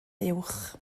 uwch